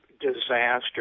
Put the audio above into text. Disaster